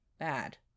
Bad